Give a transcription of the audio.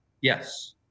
Yes